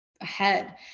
ahead